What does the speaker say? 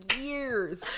years